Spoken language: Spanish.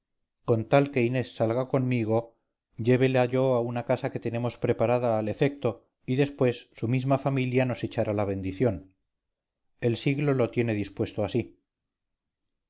con tal que inés salga conmigo llévela yo a una casa que tenemos preparada al efecto y después su misma familia nos echará la bendición el siglo lo tiene dispuesto así